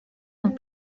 dans